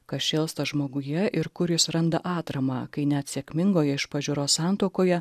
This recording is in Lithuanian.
kas šėlsta žmoguje ir kur jis randa atramą kai net sėkmingoje iš pažiūros santuokoje